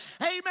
amen